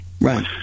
right